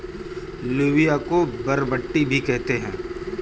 लोबिया को बरबट्टी भी कहते हैं